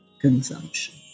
consumption